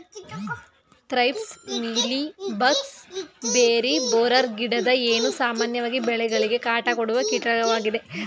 thrips, mealy bugs, berry borer, ಗಿಡದ ಹೇನು, ಸಾಮಾನ್ಯವಾಗಿ ಬೆಳೆಗಳಿಗೆ ಕಾಟ ಕೊಡುವ ಕೀಟಗಳಾಗಿವೆ